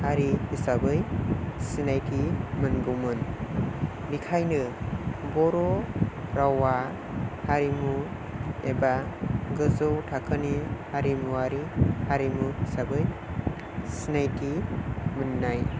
हारि हिसाबै सिनायथि मोनगौमोन बिखायनो बर' रावा हारिमु एबा गोजौ थाखोनि हारिमुवारि हारिमु हिसाबै सिनायथि मोन्नाय